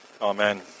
Amen